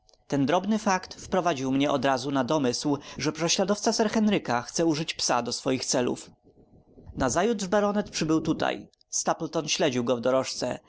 ten drobny fakt wprowadził mnie odrazu na domysł że prześladowca sir henryka chce użyć psa do swych celów nazajutrz baronet przybył tutaj stapleton śledził go